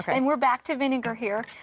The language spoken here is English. and we're back to vinegar here.